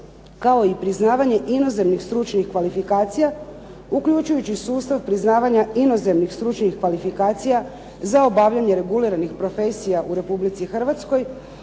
kao i priznavanje inozemnih stručnih kvalifikacija uključujući sustav priznavanja inozemnih stručnih kvalifikacija za obavljanje reguliranih profesija u Republici Hrvatskoj,